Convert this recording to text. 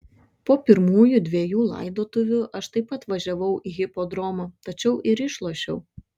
po pirmųjų dvejų laidotuvių aš taip pat važiavau į hipodromą stačiau ir išlošiau